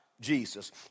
Jesus